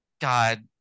God